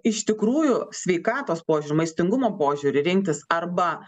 iš tikrųjų sveikatos požiūriu maistingumo požiūriu rinktis arba